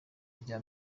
rya